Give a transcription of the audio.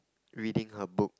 reading her book